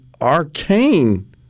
arcane